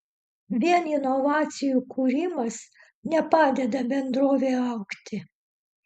vien inovacijų kūrimas nepadeda bendrovei augti